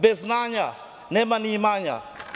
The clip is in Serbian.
Bez znanja nema ni imanja.